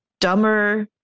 dumber